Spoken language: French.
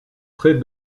trait